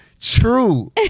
true